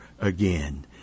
again